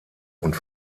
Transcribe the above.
und